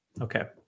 okay